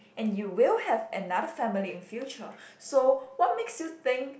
and you will have another family in future so what makes you think